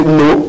no